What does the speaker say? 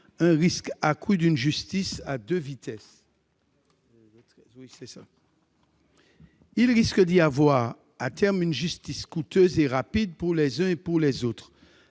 le risque accru d'une justice à deux vitesses. Il risque d'y avoir, à terme, une justice coûteuse et rapide pour les uns, et une seconde